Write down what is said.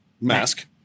Mask